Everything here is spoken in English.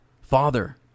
Father